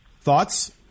Thoughts